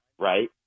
right